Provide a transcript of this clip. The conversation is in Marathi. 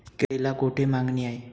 केळीला कोठे मागणी आहे?